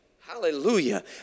hallelujah